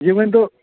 یہِ ؤنۍتَو